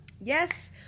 Yes